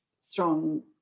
strong